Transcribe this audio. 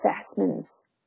assessments